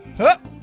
hup. ahh!